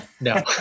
no